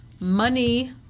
money